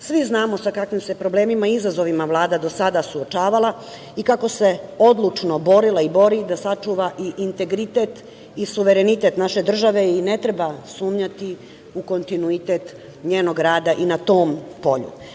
znamo sa kakvim se problemima i izazovima Vlada do sada suočavala i kako se odlučno borila i bori da sačuva i integritet i suverenitet naše države i ne treba sumnjati u kontinuitet njenog rada i na tom polju.